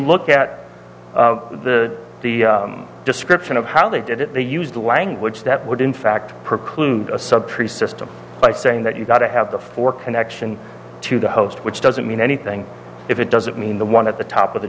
look at the the description of how they did it they used a language that would in fact preclude a sub tree system by saying that you've got to have the four connection to the host which doesn't mean anything if it doesn't mean the one at the top of the